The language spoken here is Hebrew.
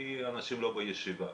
כי אנשים לא בישיבה.